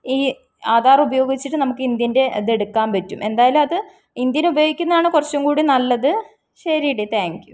ഈ ആധാര് ഉപയോഗിച്ചിട്ട് നമുക്ക് ഇന്ത്യൻ്റെ ഇതെടുക്കാൻ പറ്റും എന്തായാലും അത് ഇന്ത്യന് ഉപയോഗിക്കുന്നതാണ് കുറച്ചും കൂടി നല്ലത് ശരിയെടി താങ്ക് യൂ